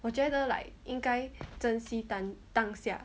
我觉得 like 应该珍惜当当下